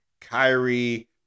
Kyrie